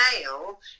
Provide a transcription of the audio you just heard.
male